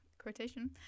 quotation